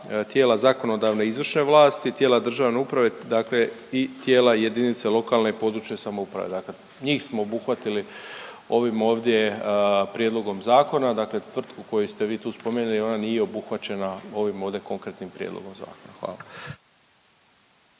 tijela zakonodavne i izvršne vlasti, tijela državne uprave, dakle i tijela JLPS, dakle njih smo obuhvatili ovim ovdje prijedlogom zakona, dakle tvrtku koju ste vi tu spomenuli ona nije obuhvaćena ovim ovdje konkretnim prijedlogom zakona, hvala.